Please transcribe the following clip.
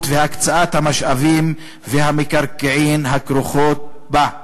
והקצאת המשאבים והמקרקעין הכרוכות בה."